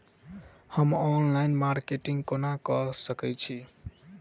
हम online marketing केना कऽ सकैत छी?